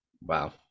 Wow